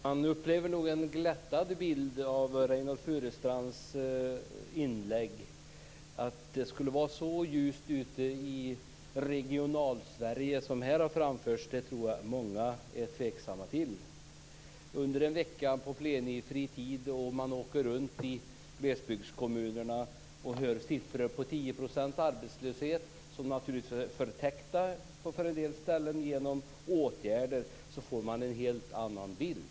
Fru talman! Det är en glättad bild Reynoldh Furustrands ger i sitt inlägg. Att det skulle vara så ljust i Regionalsverige som här har framförts tror jag många är tveksamma till. Under den plenifria veckan har man kunnat åka runt i glesbygdskommunerna och höra siffror på 10 % arbetslöshet, och det finns naturligtvis genom åtgärder också en förtäckt arbetslöshet på en del ställen. Då får man en helt annan bild.